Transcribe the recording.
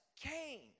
Cain